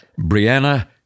Brianna